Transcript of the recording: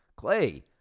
clay,